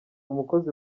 umukozi